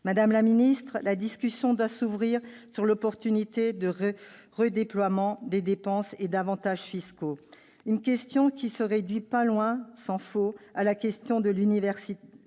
Madame la ministre, la discussion doit s'ouvrir sur l'opportunité de redéployer des dépenses et des avantages fiscaux. Cette question ne se réduit pas, tant s'en faut, à celle de l'universalité